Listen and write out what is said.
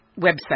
website